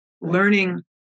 Learning